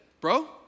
bro